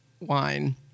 wine